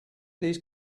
these